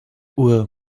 uhr